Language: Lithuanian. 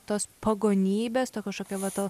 tos pagonybės to kažkokio va to